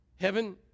Heaven